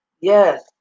Yes